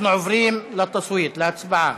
אנחנו עוברים לטסווית, להצבעה.